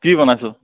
কি বনাইছ